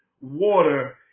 water